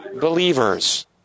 believers